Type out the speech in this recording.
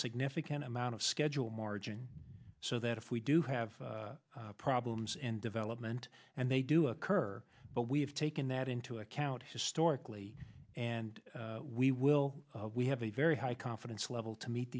significant amount of schedule margin so that if we do have problems in development and they do occur but we have taken that into account historically and we will we have a very high confidence level to meet